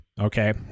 okay